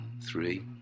three